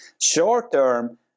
short-term